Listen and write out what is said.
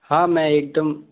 हाँ मैं एकदम